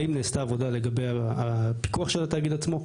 האם נעשתה עבודה לגבי הפיקוח של התאגיד עצמו?